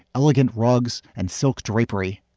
elegant rugs and silk drapery.